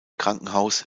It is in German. krankenhaus